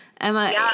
Emma